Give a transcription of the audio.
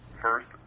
first